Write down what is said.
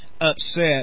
upset